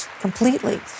completely